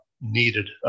needed